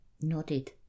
nodded